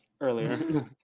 earlier